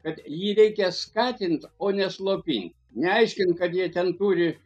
kad jį reikia skatint o ne slopint neaiškint kad jie ten turi